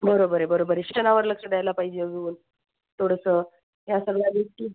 बरोबर आहे बरोबर आहे शिक्षणावर लक्ष द्यायला पाहिजे अजून थोडंसं ह्या सगळ्यांनी